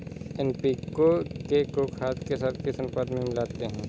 NPK को खाद के साथ किस अनुपात में मिलाते हैं?